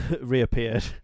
reappeared